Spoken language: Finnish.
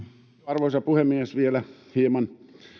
arvoisa puhemies vielä hieman